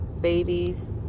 babies